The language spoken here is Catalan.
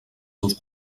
seus